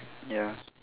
ya